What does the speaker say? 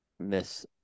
miss